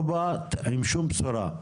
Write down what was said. לא באת עם שום בשורה,